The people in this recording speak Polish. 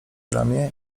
ramię